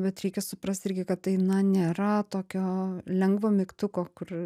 bet reikia suprasti irgi kad tai na nėra tokio lengvo mygtuko kur